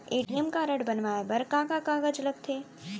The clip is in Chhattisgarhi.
ए.टी.एम कारड बनवाये बर का का कागज लगथे?